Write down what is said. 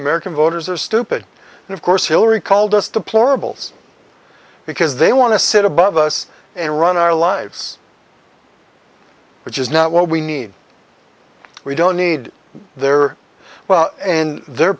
american voters are stupid and of course hillary called us deplorable because they want to sit above us and run our lives which is not what we need we don't need their well and their